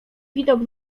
widok